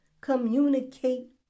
communicate